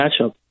matchup